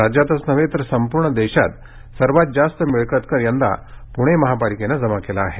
राज्यातच नव्हे तर संपूर्ण देशात सर्वांत जास्त मिळकत कर यंदा पूणे महापालिकेनं जमा केला आहे